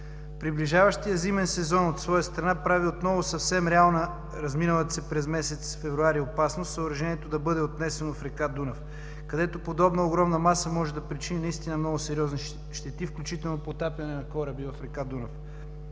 Приближаващият зимен сезон от своя страна прави отново съвсем реална разминалата се от месец февруари опасност съоръжението да бъде отнесено в река Дунав, където подобна огромна маса може да причини наистина много сериозни щети, включително потапяне на кораби в река Дунав.